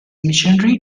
missionary